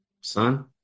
son